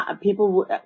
people